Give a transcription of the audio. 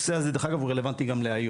הנושא הזה דרך אגב הוא רלוונטי גם להיום,